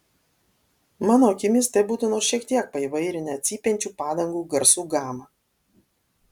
mano akimis tai būtų nors šiek tiek paįvairinę cypiančių padangų garsų gamą